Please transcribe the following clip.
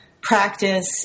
practice